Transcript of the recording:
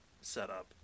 setup